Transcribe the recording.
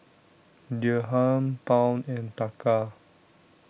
Dirham Pound and Taka